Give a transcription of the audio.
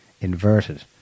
inverted